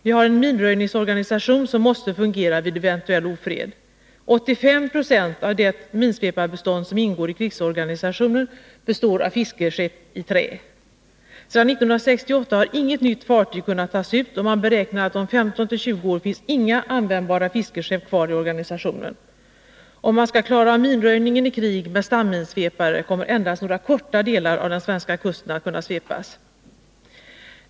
Vi har en minröjningsorganisation som måste fungera vid eventuell ofred. 85 26 av det minsveparbestånd som ingår i krigsorganisationen består av fiskeskepp av trä. Sedan 1968 har inget nytt fartyg kunnat tas ut, och man beräknar att om 15-20 år finns inga användbara fiskeskepp kvar i organisationen. Om man skall klara av minröjningen i krig med stamminsvepare kommer endast några korta delar av den svenska kusten att kunna svepas.